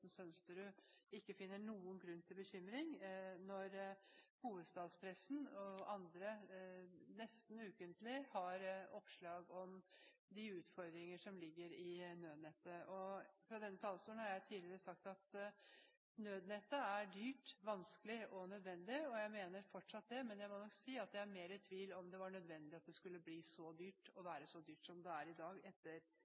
representanten Sønsterud ikke finner noen grunn til bekymring når hovedstadspressen og andre nesten ukentlig har oppslag om de utfordringer som ligger i nødnettet. Jeg har tidligere sagt fra denne talerstolen at nødnettet er dyrt, vanskelig og nødvendig, og jeg mener fortsatt det, men jeg må si at jeg er mer i tvil om det var nødvendig at det skulle bli så dyrt, å